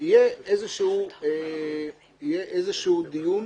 יהיה איזשהו דיון